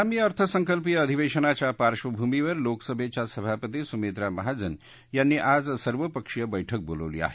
आगामी अर्थसंकल्पीय अधिवेशनाच्या पार्श्वभूमीवर लोकसभेच्या सभापती सुमित्रा महाजन यांनी आज सर्वपक्षीय बैठक बोलावली आहे